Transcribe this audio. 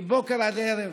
מבוקר עד ערב.